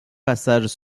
passages